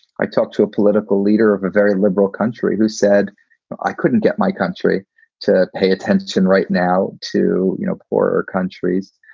i talked to a political leader of a very liberal country who said i couldn't get my country to pay attention right now to you know poor countries.